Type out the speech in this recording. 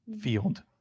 field